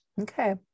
Okay